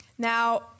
Now